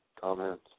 comments